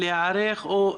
אנחנו יוצאים,